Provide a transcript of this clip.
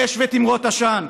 אש ותמרות עשן,